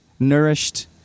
Nourished